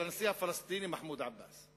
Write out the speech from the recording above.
לנשיא הפלסטיני מחמוד עבאס,